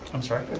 i'm sorry?